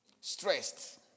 stressed